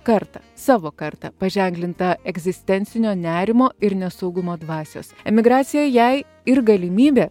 kartą savo kartą paženklintą egzistencinio nerimo ir nesaugumo dvasios emigracija jai ir galimybė